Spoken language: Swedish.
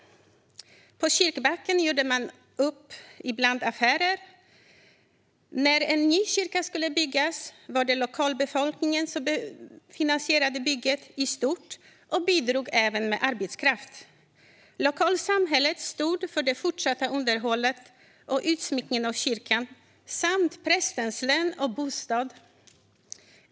På kyrkbacken gjorde man ibland upp affärer. När en ny kyrka skulle byggas var det lokalbefolkningen som finansierade bygget i stort, och man bidrog även med arbetskraft. Lokalsamhället stod för det fortsatta underhållet och utsmyckningen av kyrkan samt prästens lön och bostad.